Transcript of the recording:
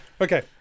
Okay